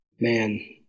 Man